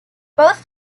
both